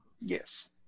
Yes